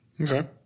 Okay